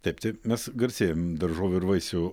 taip taip mes garsėjam daržovių ir vaisių